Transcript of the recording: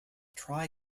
tri